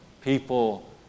People